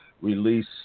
release